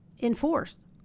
enforced